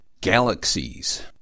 Galaxies